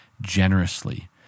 generously